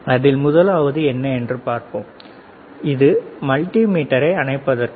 அதில் முதலாவது என்ன என்று பார்ப்போம் இது மல்டி மீட்டரை அணைப்பதற்கு